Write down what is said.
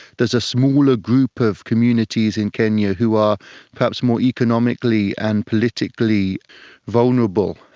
there's a smaller group of communities in kenya who are perhaps more economically and politically vulnerable,